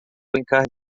brincar